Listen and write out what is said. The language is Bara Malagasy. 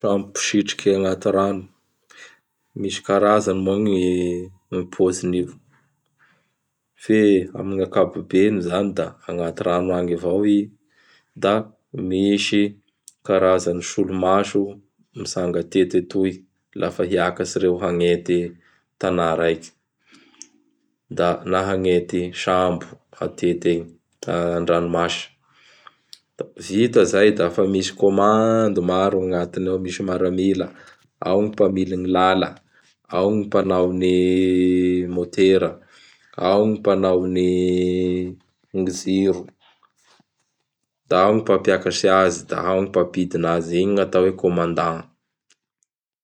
Sam mpisitriky agnaty rano. Misy karazany moa gny gn pozinio; fe amin'gny ankapobeny izany da agnaty rano agny avao i da misy karazany solomaso mitsanga atety atoy lafa hiakatsy reo hagnety tana raiky; na hagnety sambo atety egny andranomasy. Vita izay da fa misy commande maro agnatiny ao: misy miaramila, ao gny mpamily gny lala, ao gny mpanao gny motera, ao gny mpanao gny jiro, da ao gny mpampiakatsy azy da ao gny mpampidina azy, igny gny atao hoe: "Commandant".